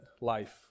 life